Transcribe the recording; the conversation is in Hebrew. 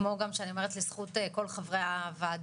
כמו גם שאני אומרת לזכות כל חברי הוועדה,